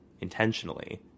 intentionally